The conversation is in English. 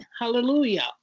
Hallelujah